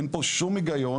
אין פה שום היגיון.